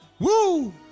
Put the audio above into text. Woo